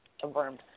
Confirmed